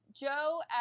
Joe